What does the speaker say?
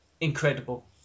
incredible